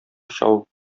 чабып